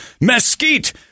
mesquite